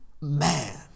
man